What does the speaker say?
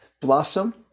blossom